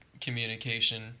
communication